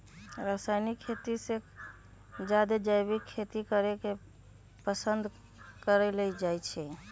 रासायनिक खेती से जादे जैविक खेती करे के पसंद कएल जाई छई